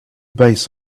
base